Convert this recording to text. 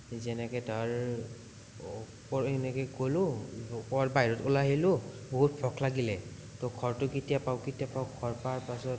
যেনেকে তাৰ হুপড় এনেকে কলোঁ ওপৰ বাহিৰত ওলাই আহিলোঁ বহুত ভোক লাগিলে ত' ঘৰটো কেতিয়া পাওঁ কেতিয়া পাওঁ ঘৰ পোৱাৰ পাছত